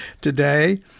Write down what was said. today